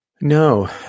No